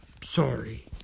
sorry